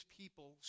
people